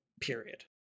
period